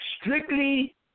strictly